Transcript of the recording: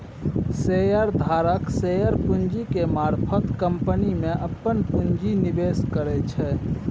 share धारक share पूंजी के मारफत कंपनी में अप्पन निवेश करै छै